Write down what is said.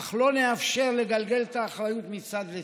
אך לא נאפשר לגלגל את האחריות מצד לצד.